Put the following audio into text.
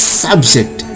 subject